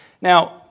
Now